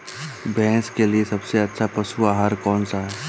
भैंस के लिए सबसे अच्छा पशु आहार कौनसा है?